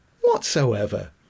whatsoever